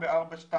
באמת,